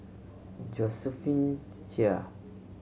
Josephine Chia